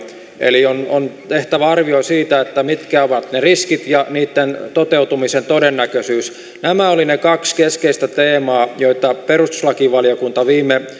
eli on on tehtävä arvio siitä mitkä ovat ne riskit ja niitten toteutumisen todennäköisyys nämä olivat ne kaksi keskeistä teemaa joita perustuslakivaliokunta viime